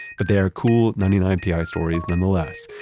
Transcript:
but they are cool ninety nine pi stories nonetheless.